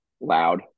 loud